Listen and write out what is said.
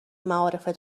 معارف